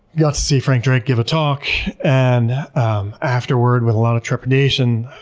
got to see frank drake give a talk and afterward, with a lot of trepidation